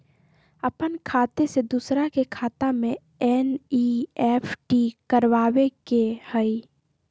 अपन खाते से दूसरा के खाता में एन.ई.एफ.टी करवावे के हई?